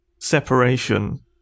separation